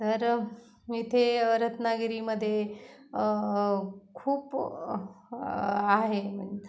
तर इथे रत्नागिरीमध्ये खूप आहे म्हण